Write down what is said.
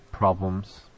problems